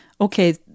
okay